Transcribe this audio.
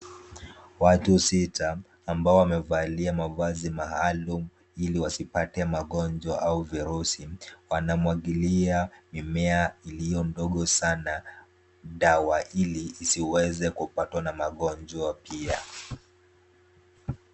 Watu sita ambao wamevalia mavazi maalum, ili wasipate magonjwa au virusi. Wanamwagilia mimea ilio ndogo sana dawa ili zisiweze kupatwa na magonjwa pia.